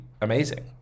amazing